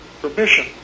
permission